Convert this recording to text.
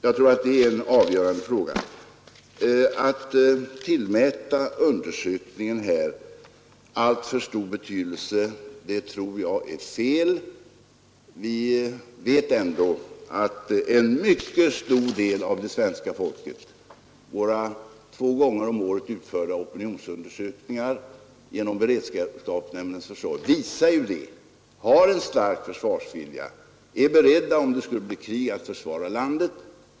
Jag tror detta är en avgörande orsak. Att tillmäta den här undersökningen alltför stor betydelse tror jag vore fel. Vi vet ändå att en mycket stor del av det svenska folket är beredd att försvara landet, om det skulle bli krig. Våra två gånger om året genom beredskapsnämndens försorg utförda opinionsundersökningar visar att vi har en stark försvarsvilja.